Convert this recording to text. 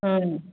ꯎꯝ